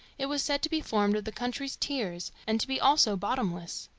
it was said to be formed of the country's tears and to be also bottomless,